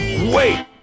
Wait